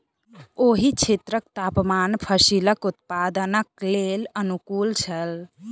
ओहि क्षेत्रक तापमान फसीलक उत्पादनक लेल अनुकूल छल